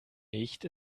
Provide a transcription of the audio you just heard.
nicht